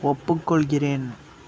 ஒப்புக்கொள்கிறேன்